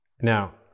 Now